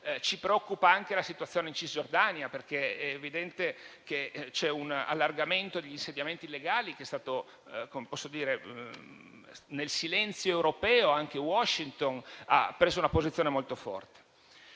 Ci preoccupa anche la situazione in Cisgiordania, perché è evidente che c'è un allargamento degli insediamenti illegali, rispetto al quale, nel silenzio europeo, anche Washington ha assunto una posizione molto forte.